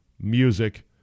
music